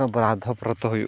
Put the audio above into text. ᱵᱨᱟᱫᱽᱫᱷᱚ ᱯᱨᱚᱛᱚ ᱦᱩᱭᱩᱜ ᱠᱟᱱᱟ